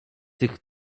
tych